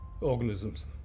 organisms